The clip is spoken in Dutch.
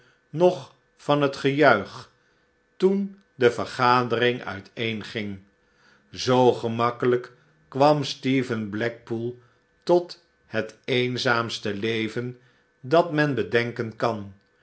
nog van het gejuich toen de vergadering uiteenging zoo gemakkelijk kwam stephen blackpool tot het eenzaamste leven dat men bedenken kan